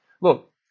Look